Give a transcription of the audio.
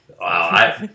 Wow